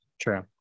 true